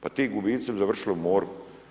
Pa ti gubici bi završili u moru.